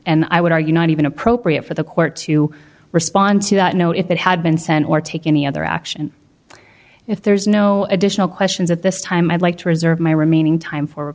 and i would argue not even appropriate for the court to respond to that no if it had been sent or take any other action if there's no additional questions at this time i'd like to reserve my remaining time for